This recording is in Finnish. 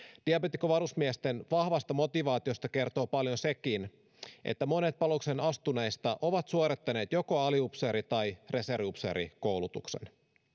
diabeetikkovarusmiesten vahvasta motivaatiosta kertoo paljon sekin että monet palvelukseen astuneista ovat suorittaneet joko aliupseeri tai reserviupseerikoulutuksen